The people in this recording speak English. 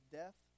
death